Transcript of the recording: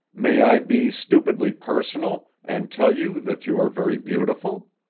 may i be stupidly personal and tell you that you are very beautiful?